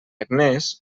agnés